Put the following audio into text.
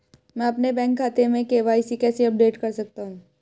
मैं अपने बैंक खाते में के.वाई.सी कैसे अपडेट कर सकता हूँ?